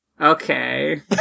Okay